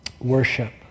worship